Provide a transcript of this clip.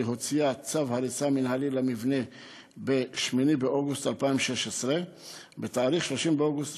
הוציאה צו הריסה מינהלי למבנה ב-8 באוגוסט 2016. ב-30 באוגוסט